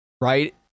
right